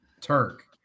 Turk